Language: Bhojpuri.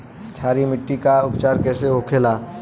क्षारीय मिट्टी का उपचार कैसे होखे ला?